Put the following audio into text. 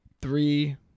three